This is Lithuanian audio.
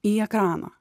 į ekraną